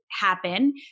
happen